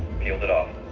peeled it off.